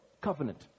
covenant